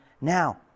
now